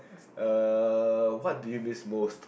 uh what do you miss most